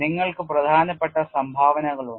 നിങ്ങൾക്ക് പ്രധാനപ്പെട്ട സംഭാവനകളുണ്ട്